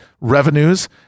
revenues